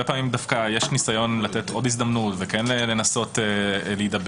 פעמים דווקא יש ניסיון לתת עוד הזדמנות וכן לנסות להידבר.